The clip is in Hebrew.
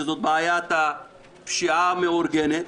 שזאת בעיית הפשיעה המאורגנת.